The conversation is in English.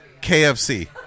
KFC